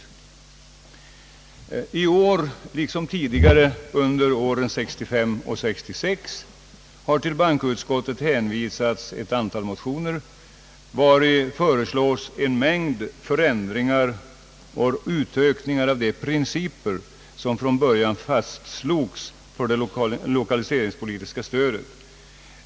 I år, liksom tidigare under åren 1965 och 1966, har till bankoutskottet hänvisats ett antal motioner, vari föreslås en mängd förändringar och utökningar av de principer som från början fastslogs för det lokaliseringspolitiska stödet.